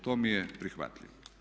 To mi je prihvatljivo.